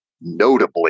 notably